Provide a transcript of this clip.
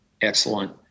excellent